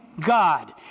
God